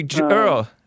Earl